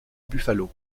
buffalo